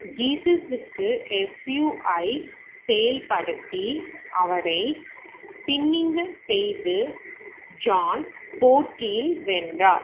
ஜீசஸுக்கு எஃப்யூஐ செயல்படுத்தி அவரை பின்னிங்கு செய்து ஜான் போட்டியில் வென்றார்